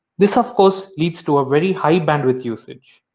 this of course leads to a very high bandwidth usage.